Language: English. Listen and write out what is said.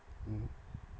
mmhmm